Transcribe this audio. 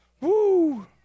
Woo